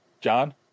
John